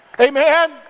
Amen